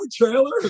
trailer